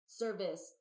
service